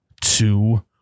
two